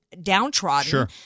downtrodden